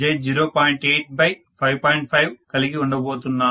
5 కలిగి ఉండబోతున్నాను